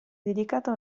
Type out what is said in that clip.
dedicata